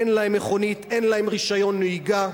אין להם רשיון נהיגה.